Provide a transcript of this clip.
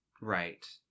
Right